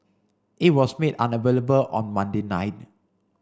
it was made unavailable on Monday night